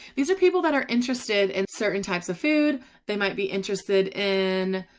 these are people that are. interested in certain types of food they might be interested in.